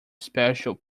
special